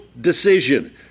decision